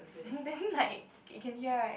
then like can hear right